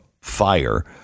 fire